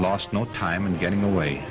lost no time in getting away